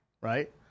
Right